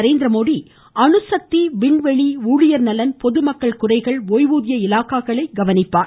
நரேந்திரமோடி அணுசக்தி விண்வெளி ஊழியர் நலன் பொதுமக்கள் குறைகள் ஓய்வூதிய இலாக்காக்களை கவனிப்பார்